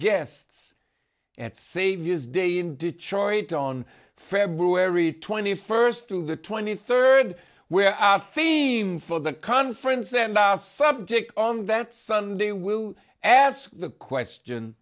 guests at saviors day in detroit on february twenty first through the twenty third where our theme for the conference and our subject on that sunday will ask the question